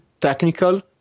technical